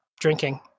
drinking